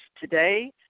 today